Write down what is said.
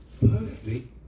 perfect